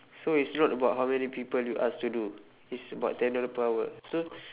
so it's not about how many people you ask to do is about ten dollar per hour so